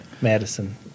Madison